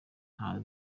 nto